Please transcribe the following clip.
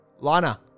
Lana